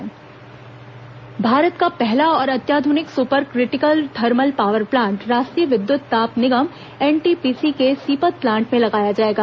NTPC Bharat का पहला और अत्याध्रनिक super critical thermal power plant राष्ट्रीय विद्युत ताप निगम एनटीपीसी के सीपत प्लांट में लगाया जाएगा